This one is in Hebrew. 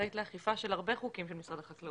ואחראית לאכיפה של הרבה חוקים של משרד החקלאות.